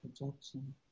projection